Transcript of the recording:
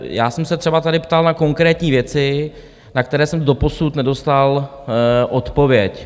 Já jsem se třeba tady ptal na konkrétní věci, na které jsem doposud nedostal odpověď.